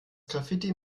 graffiti